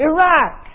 Iraq